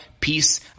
peace